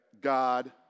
God